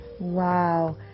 Wow